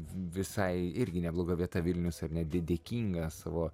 visai irgi nebloga vieta vilnius ir netgi dėkinga savo